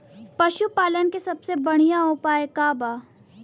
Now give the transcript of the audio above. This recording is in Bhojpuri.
पशु पालन के सबसे बढ़ियां उपाय का बा?